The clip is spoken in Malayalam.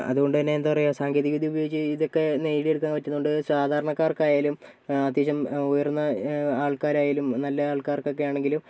അതുകൊണ്ടുതന്നെ എന്താ പറയാ സാങ്കേതികവിദ്യ ഉപയോഗിച്ച് ഇതൊക്കെ നേടിയെടുക്കാൻ പറ്റുന്നോണ്ട് സാധാരണക്കാർക്ക് ആയാലും അത്യാവശ്യം ഉയർന്ന ആൾക്കാരായാലും നല്ല ആൾക്കാർക്കൊക്കെയാണെങ്കിലും